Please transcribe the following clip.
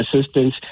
assistance